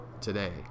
today